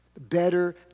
Better